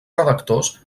redactors